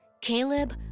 Caleb